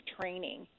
training